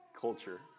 culture